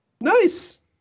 Nice